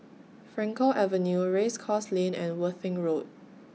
Frankel Avenue Race Course Lane and Worthing Road